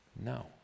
no